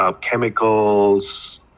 Chemicals